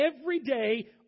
everyday